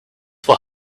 will